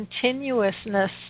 continuousness